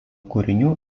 kūrinių